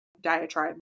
diatribe